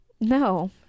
No